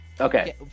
Okay